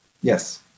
Yes